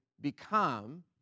become